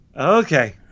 Okay